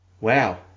wow